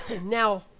Now